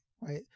right